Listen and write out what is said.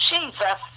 Jesus